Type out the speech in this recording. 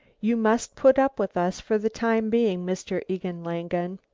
you must put up with us for the time being, mr. egon langen.